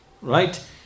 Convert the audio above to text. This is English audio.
right